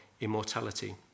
immortality